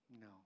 No